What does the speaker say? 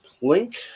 link